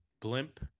blimp